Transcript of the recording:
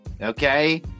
okay